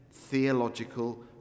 theological